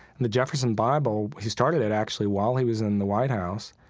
and the jefferson bible, he started it actually while he was in the white house,